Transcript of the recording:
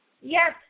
Yes